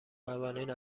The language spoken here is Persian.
قوانین